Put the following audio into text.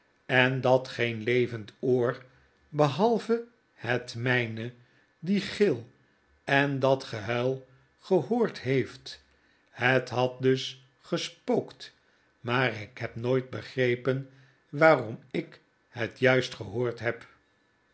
en dat geen levend oor behalve het myne dien gil en dat gehuil gehoord heeft het had dus gespookt maar ik heb nooit begrepen waarom ik het juist gehoord heb